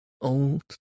Old